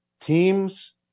teams